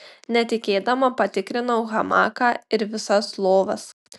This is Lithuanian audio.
netikėdama patikrinau hamaką ir visas lovas